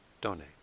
donate